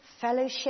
fellowship